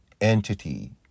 entity